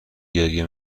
گریه